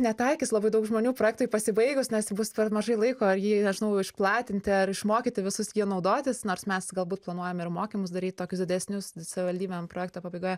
netaikys labai daug žmonių projektui pasibaigus nes bus per mažai laiko ir jį nežinau išplatinti ar išmokyti visus jį naudotis nors mes galbūt planuojame ir mokymus daryt tokius didesnius savivaldybėm projekto pabaigoje